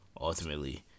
ultimately